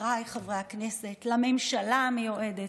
לחבריי חברי הכנסת, לממשלה המיועדת: